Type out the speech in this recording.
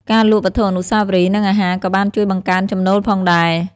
ការលក់វត្ថុអនុស្សាវរីយ៍ និងអាហារក៏បានជួយបង្កើនចំណូលផងដែរ។